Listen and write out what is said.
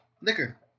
Liquor